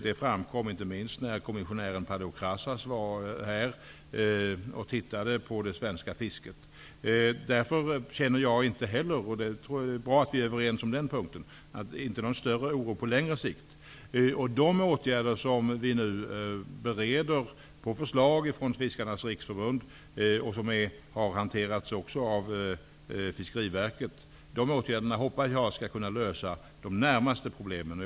Det framkom inte minst när kommissionären Paleokrassas var här och tittade på det svenska fisket. Därför känner inte heller jag någon större oro på längre sikt. Det är bra att vi är överens på den punkten. De åtgärder som vi nu bereder på förslag från fiskarnas riksförbund och som också har behandlats av Fiskeriverket hoppas jag skall kunna lösa problemen under den närmaste tiden.